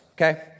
Okay